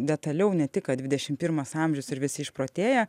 detaliau ne tik kad dvidešim pirmas amžius ir visi išprotėję